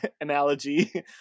analogy